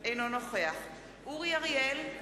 אינו נוכח אורי אריאל,